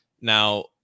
now